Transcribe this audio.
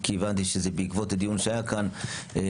כי הבנתי שבעקבות הדיון שהיה כאן הובהרו